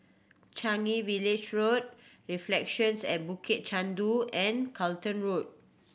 Changi Village Road Reflections at Bukit Chandu and Charlton Road